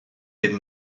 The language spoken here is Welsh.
bum